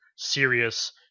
serious